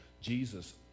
Jesus